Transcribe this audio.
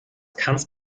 kannst